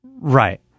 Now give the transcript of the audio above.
right